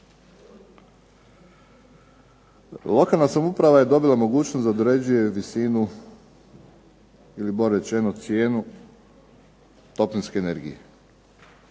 Lokalna samouprava je dobila mogućnost da određuje visinu ili bolje rečeno cijenu toplinske energije.